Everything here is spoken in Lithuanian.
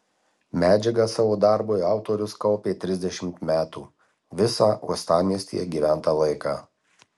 medžiagą savo darbui autorius kaupė trisdešimt metų visą uostamiestyje gyventą laiką